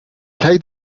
play